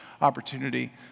opportunity